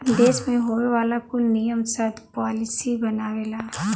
देस मे होए वाला कुल नियम सर्त पॉलिसी बनावेला